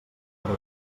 però